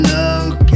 look